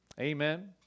Amen